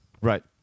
right